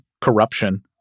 corruption